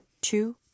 two